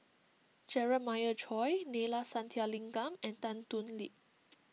Jeremiah Choy Neila Sathyalingam and Tan Thoon Lip